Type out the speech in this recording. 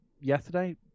Yesterday